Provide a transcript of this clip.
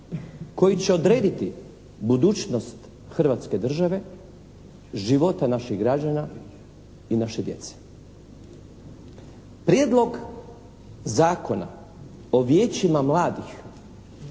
koji će odrediti budućnost hrvatske države, života naših građana i naše djece. Prijedlog zakona o vijećima mladih